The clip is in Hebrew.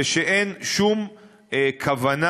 ושאין שום כוונה,